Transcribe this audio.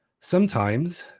sometimes,